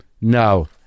No